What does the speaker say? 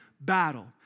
battle